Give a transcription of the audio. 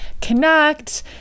connect